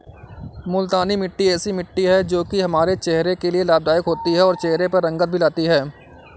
मूलतानी मिट्टी ऐसी मिट्टी है जो की हमारे चेहरे के लिए लाभदायक होती है और चहरे पर रंगत भी लाती है